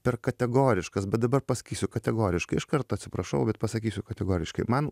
per kategoriškas bet dabar pasakysiu kategoriškai iš karto atsiprašau bet pasakysiu kategoriškai man